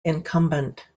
incumbent